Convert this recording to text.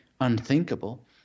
unthinkable